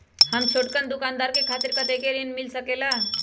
हम छोटकन दुकानदार के खातीर कतेक ऋण मिल सकेला?